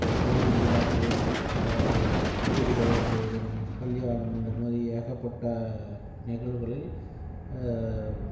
இப்போ கோயில் விழாக்கள் வீடு கிரகப்பிரவேசம் கல்யாணம் அந்தமாதிரி ஏகப்பட்ட நிகழ்வுகளில்